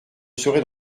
serai